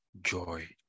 joy